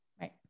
right